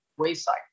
wayside